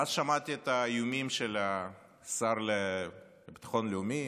ואז שמעתי את האיומים של השר לביטחון לאומי,